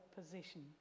position